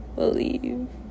Believe